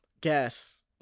gas